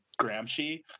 Gramsci